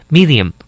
Medium